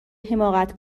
حماقت